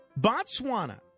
Botswana